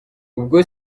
ubwo